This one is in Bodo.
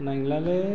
नांलालै